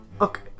Okay